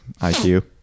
IQ